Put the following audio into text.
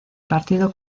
partido